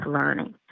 learning